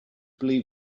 going